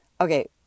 okay